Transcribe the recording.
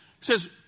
says